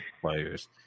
players